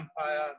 Empire